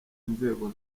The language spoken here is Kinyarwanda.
inzego